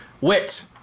Wit